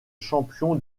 champion